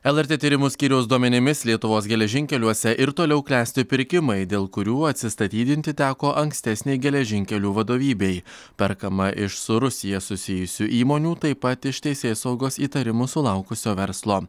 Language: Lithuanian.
lrt tyrimų skyriaus duomenimis lietuvos geležinkeliuose ir toliau klesti pirkimai dėl kurių atsistatydinti teko ankstesnei geležinkelių vadovybei perkama iš su rusija susijusių įmonių taip pat iš teisėsaugos įtarimų sulaukusio verslo